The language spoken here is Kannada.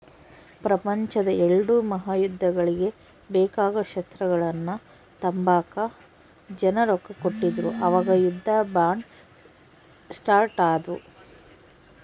ಪ್ರಪಂಚುದ್ ಎಲ್ಡೂ ಮಹಾಯುದ್ದಗುಳ್ಗೆ ಬೇಕಾಗೋ ಶಸ್ತ್ರಗಳ್ನ ತಾಂಬಕ ಜನ ರೊಕ್ಕ ಕೊಡ್ತಿದ್ರು ಅವಾಗ ಯುದ್ಧ ಬಾಂಡ್ ಸ್ಟಾರ್ಟ್ ಆದ್ವು